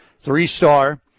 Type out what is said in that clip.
three-star